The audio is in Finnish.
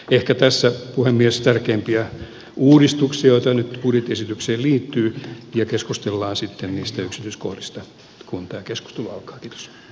ehkä tässä puhemies tärkeimpiä uudistuksia joita nyt budjettiesitykseen liittyy ja keskustellaan sitten yksityiskohdista kun keskiluokka yks